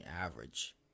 average